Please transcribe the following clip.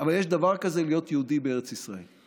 אבל יש דבר כזה להיות יהודי בארץ ישראל.